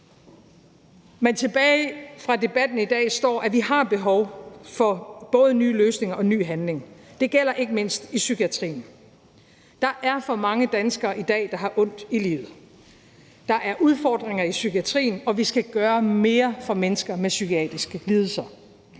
Men fra debatten i dag står tilbage, at vi har behov for både nye løsninger og ny handling, og det gælder ikke mindst i psykiatrien. Der er for mange danskere i dag, der har ondt i livet. Der er udfordringer i psykiatrien, og vi skal gøre mere for mennesker med psykiatriske lidelser.